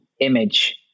image